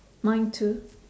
mine too